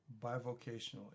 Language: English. bivocationally